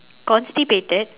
constipated